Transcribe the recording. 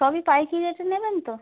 সবই পাইকারী রেটে নেবেন তো